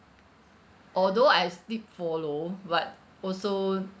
although I strict follow but also